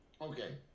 Okay